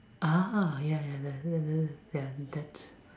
ah ya ya ya that that that ya that's